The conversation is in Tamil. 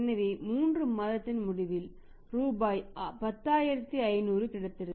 எனவே 3 மாதத்தின் முடிவில் ரூபாய் 10500 கிடைத்திருக்கும்